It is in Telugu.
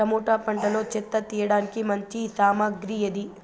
టమోటా పంటలో చెత్త తీయడానికి మంచి సామగ్రి ఏది?